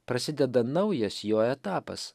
prasideda naujas jo etapas